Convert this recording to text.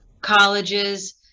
colleges